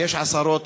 ויש עשרות,